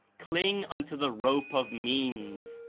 cling unto the rope of means,